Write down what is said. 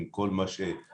עם כל מה שציינת.